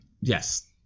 Yes